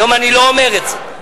היום אני לא אומר את זה.